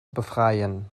befreien